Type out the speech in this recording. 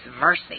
mercy